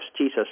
Jesus